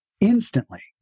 instantly